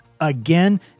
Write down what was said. again